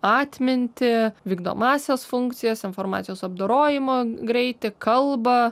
atmintį vykdomąsias funkcijas informacijos apdorojimo greitį kalbą